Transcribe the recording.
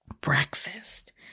breakfast